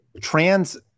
Trans